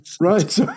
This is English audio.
Right